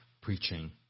preaching